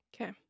okay